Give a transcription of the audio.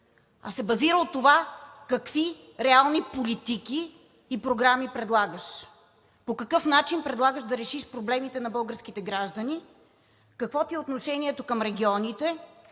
а се базира на това какви реални политики и програми предлагаш; по какъв начин предлагаш да решиш проблемите на българските граждани; какво е отношението ти към регионите;